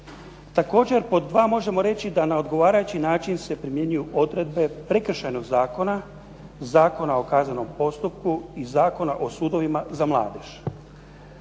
Također pod dva možemo reći da na odgovarajući način se primjenjuju odredbe Prekršajnog zakona, Zakona o kaznenom postupku i Zakona o sudovima za mladež.